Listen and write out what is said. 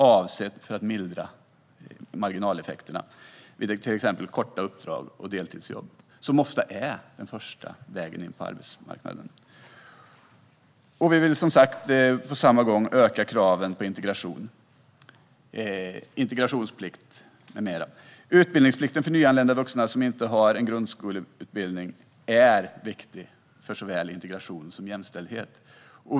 Denna är avsedd att mildra marginaleffekterna vid till exempel korta uppdrag och deltidsjobb, som ofta är första vägen in på arbetsmarknaden. Vi vill på samma gång öka kraven i integrationen med bland annat integrationsplikt. Utbildningsplikt för nyanlända vuxna som inte har grundskoleutbildning är viktig för såväl integration som jämställdhet.